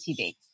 TV